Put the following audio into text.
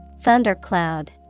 Thundercloud